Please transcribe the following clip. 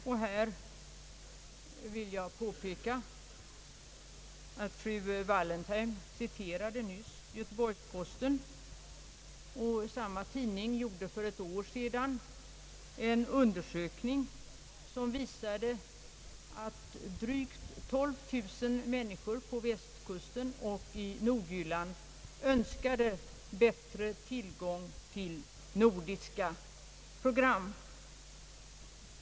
Jag vill här påpeka eftersom fru Wallentheim nyss citerade Göteborgs-Posten att samma tidning för ett år sedan gjorde en undersökning som visade att drygt 12 000 människor på västkusten och i Nordjylland önskade bättre tillgång till nordiska program.